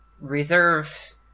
reserve